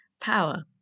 power